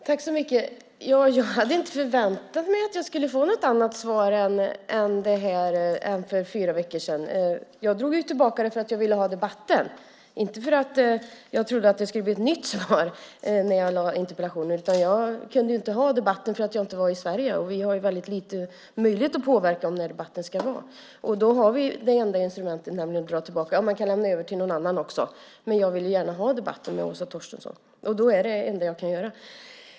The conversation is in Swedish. Fru talman! Jag hade inte förväntat mig något annat svar nu än för fyra veckor sedan. Jag drog tillbaka interpellationen för att jag ville ha debatten, inte för att jag trodde att det skulle bli ett nytt svar med en ny interpellation. Jag kunde inte ha debatten därför att jag inte var i Sverige. Vi har väldigt liten möjlighet att påverka när debatterna ska vara. Det enda instrument vi har är att dra tillbaka interpellationer eller lämna över dem till någon annan. Men jag ville gärna ha debatten med Åsa Torstensson, och då är det här det enda jag kan göra.